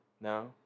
No